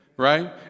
right